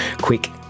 Quick